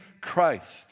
Christ